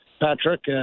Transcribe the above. Patrick